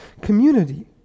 community